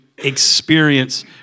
Experience